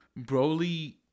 Broly